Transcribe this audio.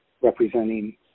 representing